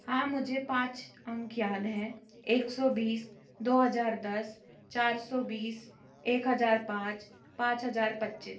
हाँ मुझे पाँच अंक याद हैं एक सौ बीस दो हजार दस चार सौ बीस एक हजार पाँच पाँच हजार पच्चीस